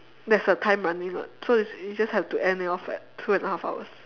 there's a time running [what] so you just have to end it off at two and half hours